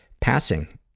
passing